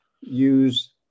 use